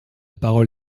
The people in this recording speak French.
parole